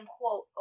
quote